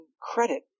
credit